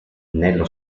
nello